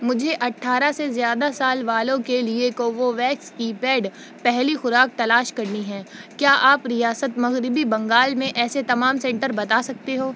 مجھے اٹھارہ سے زیادہ سال والوں کے لیے کوووویکس کی پیڈ پہلی خوراک تلاش کرنی ہے کیا آپ ریاست مغربی بنگال میں ایسے تمام سنٹر بتا سکتے ہو